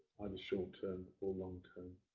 short-term or long-term.